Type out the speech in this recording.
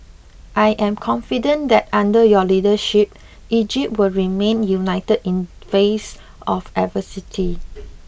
I am confident that under your leadership Egypt will remain united in face of adversity